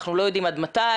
אנחנו לא יודעים עד מתי,